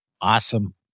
Awesome